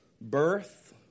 birth